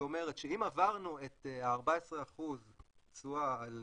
שאומרת שאם עברנו את ה-14% תשואה על